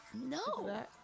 no